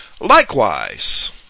Likewise